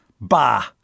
Bah